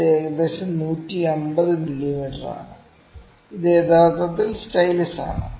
ഇത് ഏകദേശം 150 മില്ലീമീറ്ററാണ് ഇത് യഥാർത്ഥത്തിൽ സ്റ്റൈലസാണ്